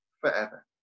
forever